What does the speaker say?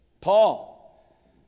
Paul